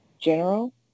general